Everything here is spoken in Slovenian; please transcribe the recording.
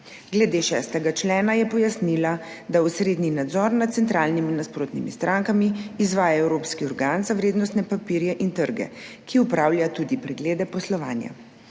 Glede 6. člena je pojasnila, da osrednji nadzor nad centralnimi nasprotnimi strankami izvaja Evropski organ za vrednostne papirje in trge, ki opravlja tudi preglede poslovanja.